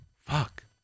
Fuck